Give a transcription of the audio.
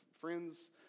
friends